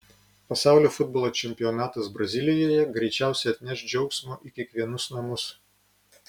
pasaulio futbolo čempionatas brazilijoje greičiausiai atneš džiaugsmo į kiekvienus namus